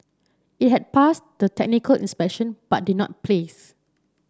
it had passed the technical inspection but did not place